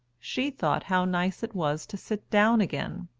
she thought how nice it was to sit down again,